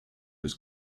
was